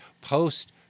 post-